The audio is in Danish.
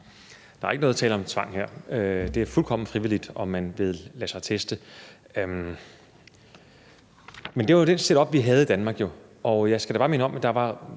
Der er ikke tale om tvang her; det er fuldkommen frivilligt, om man vil lade sig teste. Men det var jo det setup, vi havde i Danmark, og jeg skal da bare minde om, at der var